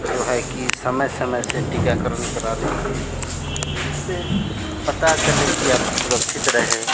जो है कि समय समय से टीकाकरण करा लीजिए जिससे पता चले कि आप सुरक्षित रहें